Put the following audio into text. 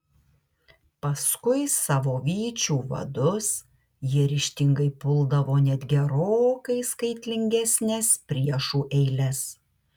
paskui savo vyčių vadus jie ryžtingai puldavo net gerokai skaitlingesnes priešų eiles